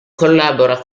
collabora